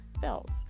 felt